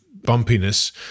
bumpiness